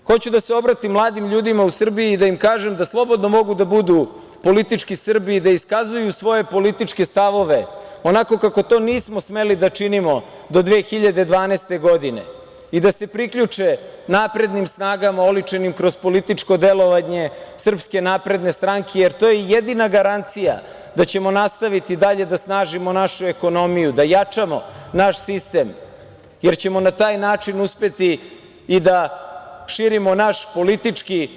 Hoću da se obratim mladim ljudima u Srbiji i da im kažem da slobodno mogu da budu politički Srbi i da iskazuju svoje političke stavove onako kako to nismo smeli da činimo do 2012. godine i da se priključe naprednim snagama oličenim kroz političko delovanje SNS, jer to je jedina garancija da ćemo nastaviti dalje da snažimo našu ekonomiju, da jačamo naš sistem jer ćemo na taj način uspeti i da širimo naš politički